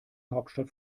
hauptstadt